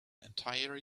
entire